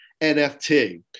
NFT